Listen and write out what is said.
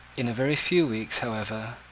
in a very few weeks, however,